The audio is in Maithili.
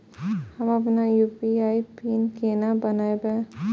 हम अपन यू.पी.आई पिन केना बनैब?